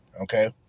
Okay